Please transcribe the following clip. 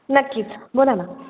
नक्कीच बोला ना